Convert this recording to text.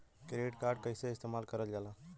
Credit card कईसे इस्तेमाल करल जाला?